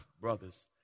brothers